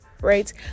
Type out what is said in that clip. right